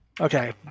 Okay